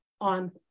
on